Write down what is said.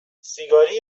سیگاری